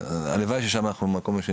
הלוואי ששם אנחנו במקום השני.